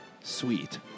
sweet